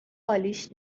حالیش